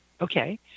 okay